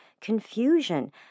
confusion